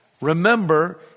remember